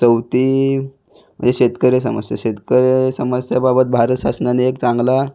चौथी मजे शेतकरी समस्या शेतकरी समस्याबाबत भारत शासनाने एक चांगला